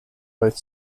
both